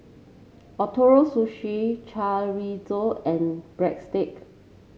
Ootoro Sushi Chorizo and Breadsticks